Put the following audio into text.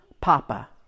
Papa